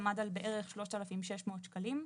עמד על בערך 3,600 שקלים,